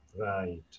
right